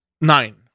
nine